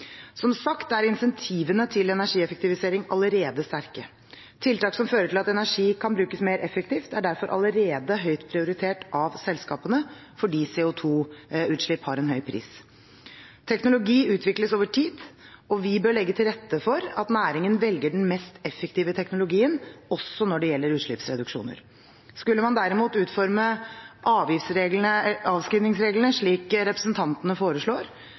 Som sagt er incentivene til energieffektivisering allerede sterke. Tiltak som fører til at energi kan brukes mer effektivt, er derfor allerede høyt prioritert av selskapene fordi CO2-utslipp har en høy pris. Teknologi utvikles over tid, og vi bør legge til rette for at næringen velger den mest effektive teknologien også når det gjelder utslippsreduksjoner. Skulle man derimot utforme avskrivningsreglene slik som representantene foreslår,